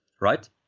right